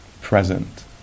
present